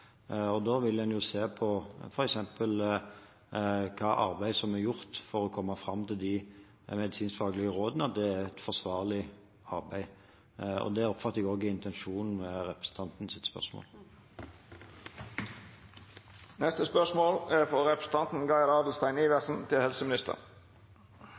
Da vil en se på f.eks. hvilket arbeid som er gjort for å komme fram til de medisinsk-faglige rådene, og om det er et forsvarlig arbeid. Det oppfatter jeg også er intensjonen med representanten Toppes spørsmål.